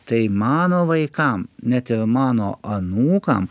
tai mano vaikam net ir mano anūkam